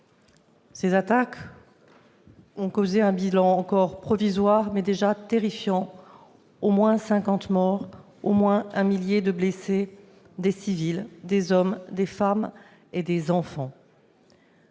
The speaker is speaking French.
Ces attaques ont causé un bilan encore provisoire, mais déjà terrifiant : au moins cinquante morts et un millier de blessés, des civils, des hommes, des femmes et des enfants.